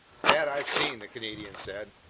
that i've seen, the canadian said.